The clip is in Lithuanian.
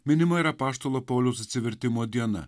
minima ir apaštalo pauliaus atsivertimo diena